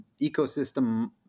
ecosystem